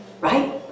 right